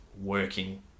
working